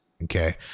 Okay